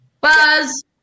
Buzz